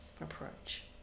approach